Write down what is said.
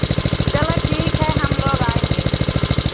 चलो ठीक है हमलोग आएँगे